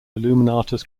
illuminatus